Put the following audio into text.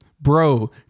Bro